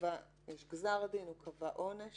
שקבע עונש